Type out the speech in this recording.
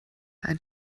ein